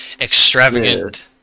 extravagant